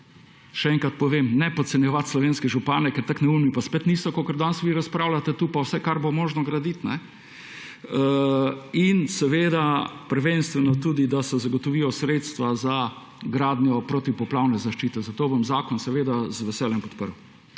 Še enkrat povem, ne podcenjevati slovenske župane, ker tako neumni pa spet niso, kakor danes vi razpravljate tukaj, kaj vse bo možno graditi. In seveda prvenstveno je treba zagotoviti sredstva za gradnjo protipoplavne zaščite. Zato bom zakon seveda z veseljem podprl.